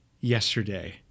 yesterday